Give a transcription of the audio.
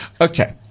Okay